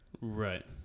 Right